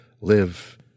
live